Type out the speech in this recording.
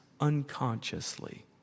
unconsciously